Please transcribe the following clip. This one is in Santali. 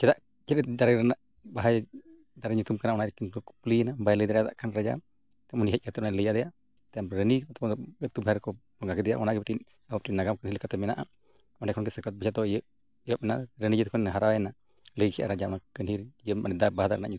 ᱪᱮᱫᱟᱜ ᱪᱮᱫ ᱫᱟᱨᱮ ᱨᱮᱱᱟᱜ ᱵᱟᱦᱟ ᱫᱟᱨᱮ ᱧᱩᱛᱩᱢ ᱠᱟᱱᱟ ᱚᱱᱟᱭ ᱠᱩᱠᱞᱤᱭᱮᱱᱟ ᱚᱱᱟ ᱵᱟᱭ ᱞᱟᱹᱭ ᱫᱟᱲᱮᱭᱟᱜ ᱠᱷᱟᱱ ᱨᱟᱡᱟ ᱩᱱᱤ ᱦᱮᱡ ᱠᱟᱛᱮᱫ ᱚᱱᱟᱭ ᱞᱟᱹᱭ ᱟᱫᱮᱭᱟ ᱛᱟᱭᱚᱢ ᱨᱟᱹᱱᱤ ᱨᱮᱠᱚ ᱵᱚᱸᱜᱟ ᱠᱮᱫᱮᱭᱟ ᱚᱱᱟ ᱜᱮ ᱢᱤᱫᱴᱤᱝ ᱱᱟᱜᱟᱢ ᱠᱟᱹᱦᱱᱤ ᱞᱮᱠᱟᱛᱮ ᱢᱮᱱᱟᱜᱼᱟ ᱚᱸᱰᱮ ᱠᱷᱚᱱ ᱜᱮ ᱥᱟᱠᱨᱟᱛ ᱵᱚᱡᱷᱟ ᱫᱚ ᱮᱦᱚᱵ ᱮᱦᱚᱵᱮᱱᱟ ᱨᱟᱹᱱᱤ ᱡᱚᱠᱷᱚᱱᱮ ᱦᱟᱨᱟᱭᱮᱱᱟ ᱞᱟᱹᱭ ᱠᱮᱫᱼᱟ ᱨᱟᱡᱟ ᱢᱟ ᱠᱟᱹᱦᱱᱤ ᱨᱮ ᱢᱟᱱᱮ ᱵᱟᱦᱟ ᱫᱟᱨᱮ ᱨᱮᱱᱟᱜ ᱧᱩᱛᱩᱢ